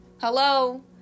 Hello